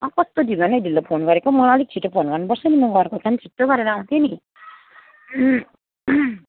अँ कस्तो ढिलो न ढिलो फोन गरेको मलाई अलिक छिटो फोन गर्नुपर्छ नि म घरको काम छिट्टो गरेर आउँथेँ नि